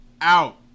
out